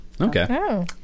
Okay